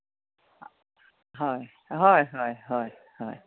হয় হয় হয় হয় হয়